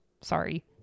Sorry